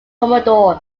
commodore